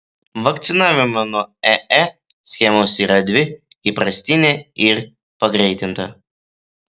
vakcinavimo nuo ee schemos yra dvi įprastinė ir pagreitinta